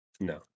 No